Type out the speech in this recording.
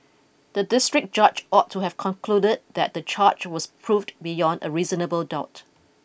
the district judge ought to have concluded that the charge was proved beyond a reasonable doubt